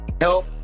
help